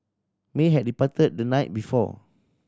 may had departed the night before